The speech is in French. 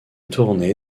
tourné